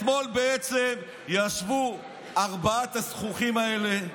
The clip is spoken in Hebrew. אתמול בעצם ישבו ארבעת הזחוחים האלה,